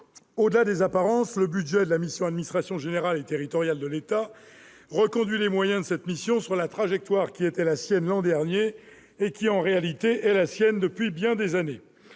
Au-delà des apparences, le budget de la mission « Administration générale et territoriale de l'État », ou AGTE, reconduit les moyens de cette mission sur la trajectoire qui était la sienne l'an dernier et qui, en réalité, est la sienne depuis bien des années.